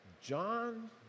John